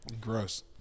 Gross